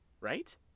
right